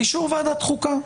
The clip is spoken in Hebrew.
באישור ועדת החוקה.